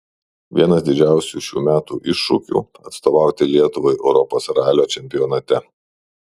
vienas didžiausių šių metų iššūkių atstovauti lietuvai europos ralio čempionate